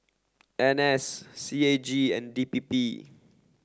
N S C A G and D P P